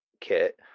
kit